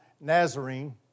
Nazarene